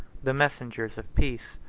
the messengers of peace,